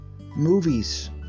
movies